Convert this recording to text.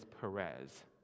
Perez